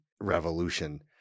revolution